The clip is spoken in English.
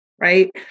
right